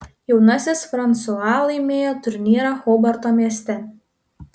jaunasis fransua laimėjo turnyrą hobarto mieste